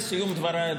לסיום דבריי,